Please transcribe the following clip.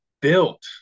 built